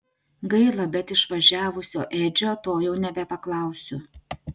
gaila bet išvažiavusio edžio to jau nebepaklausiu